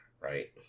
right